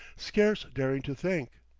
scarce daring to think.